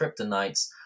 kryptonites